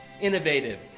innovative